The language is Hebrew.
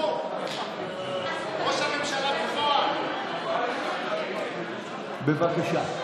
חבר הכנסת יברקן, בבקשה.